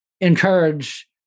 encourage